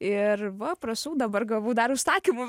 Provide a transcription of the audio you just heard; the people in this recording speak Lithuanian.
ir va prašau dabar gavau dar užsakymų